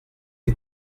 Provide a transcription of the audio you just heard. les